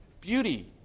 Beauty